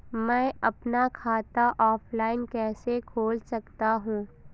मैं अपना खाता ऑफलाइन कैसे खोल सकता हूँ?